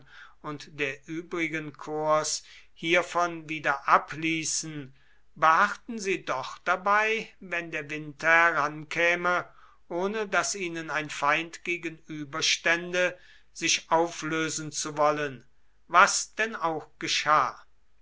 und der übrigen korps hiervon wieder abließen beharrten sie doch dabei wenn der winter herankäme ohne daß ihnen ein feind gegenüberstände sich auflösen zu wollen was denn auch geschah